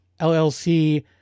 LLC